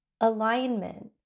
alignment